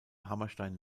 hammerstein